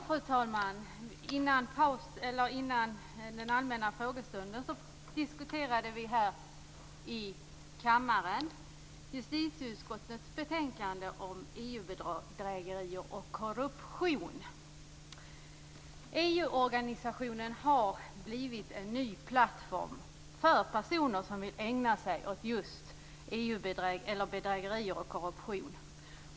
Fru talman! Innan den muntliga frågestunden diskuterade vi här i kammaren justitieutskottets betänkande om EU-bedrägerier och korruption. EU organisationen har blivit en ny plattform för personer som vill ägna sig åt bedrägerier och korruption.